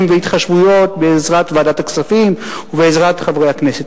והתחשבויות בעזרת ועדת הכספים ובעזרת חברי הכנסת,